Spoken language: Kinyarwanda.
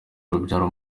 urubyaro